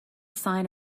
sign